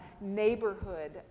neighborhood